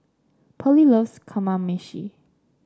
Pearly loves Kamameshi